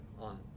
on